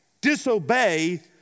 disobey